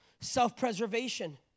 Self-preservation